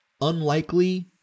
unlikely